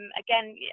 Again